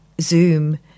Zoom